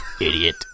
idiot